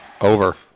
Over